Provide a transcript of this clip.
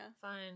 Fine